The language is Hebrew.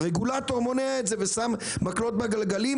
הרגולטור מונע את זה ושם מקלות בגלגלים.